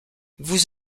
vous